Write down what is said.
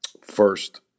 first